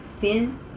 Sin